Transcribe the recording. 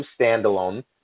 standalone